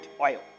oil